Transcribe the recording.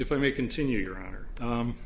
if i may continue your honor